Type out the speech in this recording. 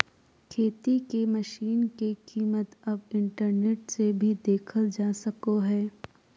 खेती के मशीन के कीमत अब इंटरनेट से भी देखल जा सको हय